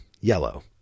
yellow